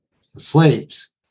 slaves